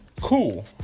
Cool